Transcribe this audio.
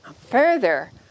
Further